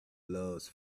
loves